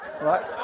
Right